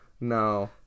No